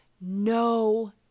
no